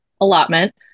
allotment